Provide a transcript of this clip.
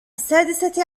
السادسة